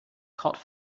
caught